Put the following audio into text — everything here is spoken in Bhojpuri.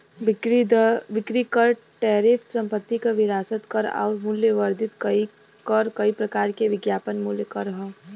बिक्री कर टैरिफ संपत्ति कर विरासत कर आउर मूल्य वर्धित कर कई प्रकार के विज्ञापन मूल्य कर हौ